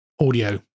audio